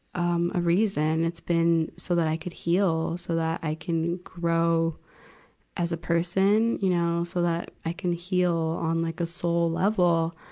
um, a reason. it's been so that i can heal, so that i can grow as a person, you know, so i can heal on like a soul level,